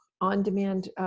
on-demand